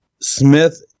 Smith